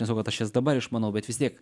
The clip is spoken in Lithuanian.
nesakau kad aš jas dabar išmanau bet vis tiek